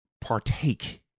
partake